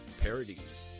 Parodies